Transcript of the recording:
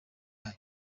yayo